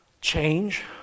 change